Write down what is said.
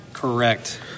Correct